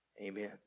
Amen